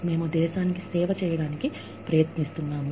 మేము దేశానికి సేవ చేయడానికి ప్రయత్నిస్తున్నాము